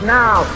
now